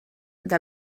del